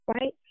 right